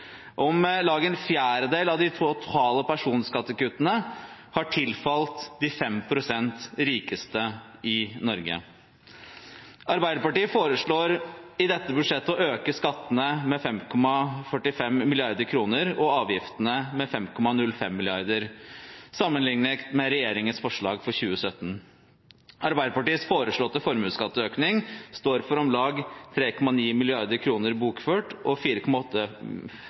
Om lag en fjerdedel av de totale personskattekuttene har tilfalt de 5 pst. rikeste i Norge. Arbeiderpartiet foreslår i dette budsjettet å øke skattene med 5,45 mrd. kr og avgiftene med 5,05 mrd. kr sammenlignet med regjeringens forslag for 2017. Arbeiderpartiets foreslåtte formuesskatteøkning står for om lag 3,9 mrd. kr bokført og